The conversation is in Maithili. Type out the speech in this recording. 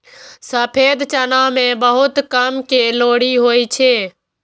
सफेद चना मे बहुत कम कैलोरी होइ छै